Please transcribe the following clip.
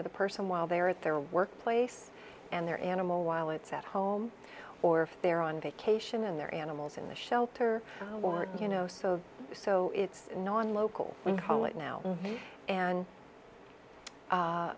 to the person while they're at their workplace and their animal while it's at home or if they're on vacation and their animals in the shelter or you know so so it's non local we call it now and